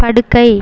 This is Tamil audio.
படுக்கை